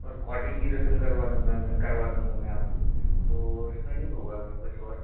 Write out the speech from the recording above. और क्वाडी भी रिफ़िल करवा दूँगा मैं करवा दूँगा मैं आपकी तो उसमें नहीं होगा कुछ और